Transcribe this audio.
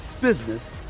business